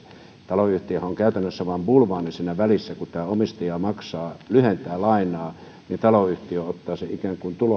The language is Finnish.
taloyhtiöhän on käytännössä vain bulvaani siinä välissä kun tämä omistaja maksaa lyhentää lainaa niin taloyhtiö ottaa sen ikään kuin